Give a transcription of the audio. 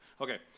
Okay